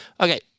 Okay